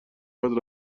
بعد